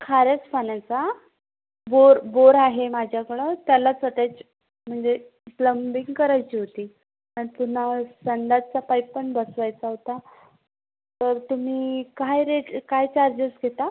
खाऱ्याच पाण्याचा बोर आहे माझ्याकडं त्यालाच अटॅच म्हणजे प्लंबिंग करायची होती पुन्हा संडासचा पाईप पण बसवायचा होता तुम्ही काय रेट काय चार्जेस घेता